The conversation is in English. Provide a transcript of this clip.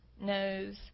knows